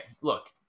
look